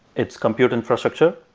it's compute infrastructure.